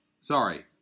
Sorry